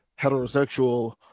heterosexual